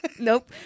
Nope